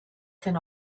zen